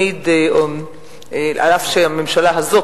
אף שהממשלה הזאת,